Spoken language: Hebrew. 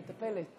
89 בעד,